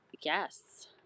yes